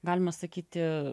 galima sakyti